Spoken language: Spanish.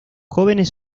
jóvenes